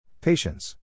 patience